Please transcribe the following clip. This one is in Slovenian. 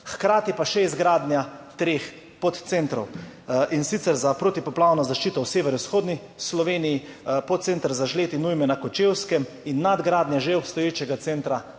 hkrati pa še izgradnja treh podcentrov, in sicer za protipoplavno zaščito v severovzhodni Sloveniji, podcenter za žled in ujme na Kočevskem in nadgradnja že obstoječega centra